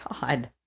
God